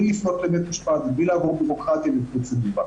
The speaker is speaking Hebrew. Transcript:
בלי לפנות לבית המשפט ובלי לעבור בירוקרטיה ופרוצדורה.